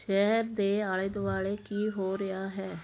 ਸ਼ਹਿਰ ਦੇ ਆਲੇ ਦੁਆਲੇ ਕੀ ਹੋ ਰਿਹਾ ਹੈ